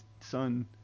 son